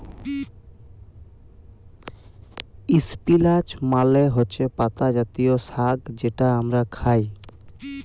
ইস্পিলাচ মালে হছে পাতা জাতীয় সাগ্ যেট আমরা খাই